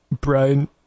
Brian